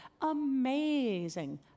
amazing